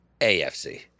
AFC